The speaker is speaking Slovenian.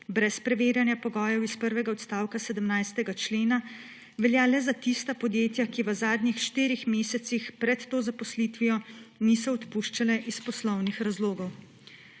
brez preverjanja pogojev iz prvega odstavka 17. člena velja le za tista podjetja, ki v zadnjih štirih mesecih pred to zaposlitvijo niso odpuščala iz poslovnih razlogov.